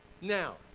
Now